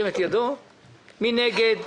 מי נגד?